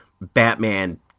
Batman